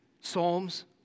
psalms